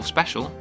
Special